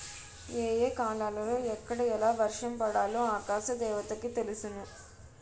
ఏ ఏ కాలాలలో ఎక్కడ ఎలా వర్షం పడాలో ఆకాశ దేవతకి తెలుసును